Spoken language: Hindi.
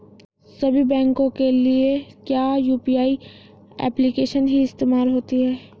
सभी बैंकों के लिए क्या यू.पी.आई एप्लिकेशन ही इस्तेमाल होती है?